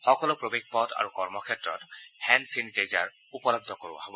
সকলো প্ৰৱেশ পথ আৰু কৰ্মক্ষেত্ৰত হেণ্ড চেনিটাইজাৰ উপলব্ধ কৰোৱা হব